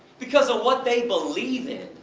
because of what they believe in.